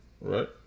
Right